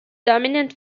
dominant